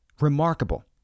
remarkable